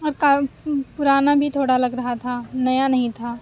اور پرانا بھی تھوڑا لگ رہا تھا نیا نہیں تھا